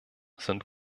sind